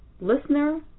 listener